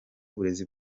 uburezi